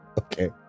okay